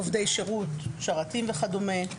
עובדי שירות כמו שרתים וכדומה,